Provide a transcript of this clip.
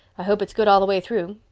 i hope it's good all the way through.